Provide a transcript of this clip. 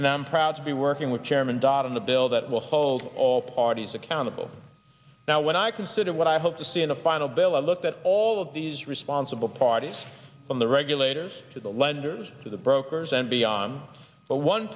and i'm proud to be working with chairman dodd in the bill that will hold all parties accountable now when i consider what i hope to see in the final bill i looked at all of these responsible parties on the regulators to the lenders to the brokers and beyond but one